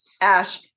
Ash